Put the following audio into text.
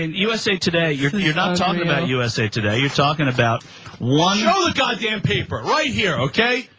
usa today, you're and you're not talking about usa today, you're talking about one show the goddamn paper, right here, okay?